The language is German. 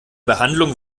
behandlung